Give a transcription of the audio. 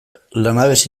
lanabes